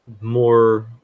more